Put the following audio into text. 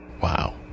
Wow